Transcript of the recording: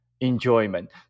Enjoyment